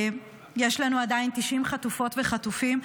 ועדיין יש לנו 90 חטופות וחטופים.